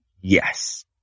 yes